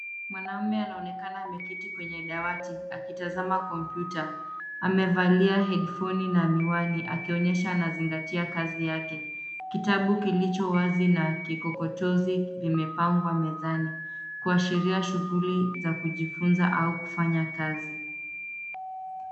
Mwanaume anaonekana ameketi kwenye dawati akitazama kompyuta, amevalia hedifoni na miwani akionyesha anazingatia kazi yake. Kitabu kilichowazi na kikokotozi kimepangwa mezani, kuashiria shughuli za kujifunza au kufanya kazi.